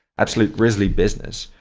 absolute grizzly business.